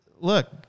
look